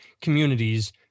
communities